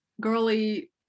girly